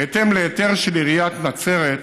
בהתאם להיתר של עיריית נצרת,